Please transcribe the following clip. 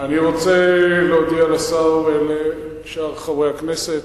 אני רוצה להודיע לשר ולשאר חברי הכנסת,